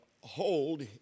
hold